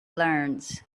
learns